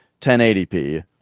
1080p